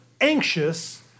anxious